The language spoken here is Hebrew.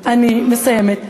אני מסיימת.